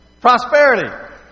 Prosperity